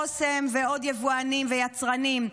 אוסם ועוד יבואנים ויצרנים,